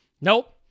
Nope